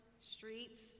streets